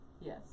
Yes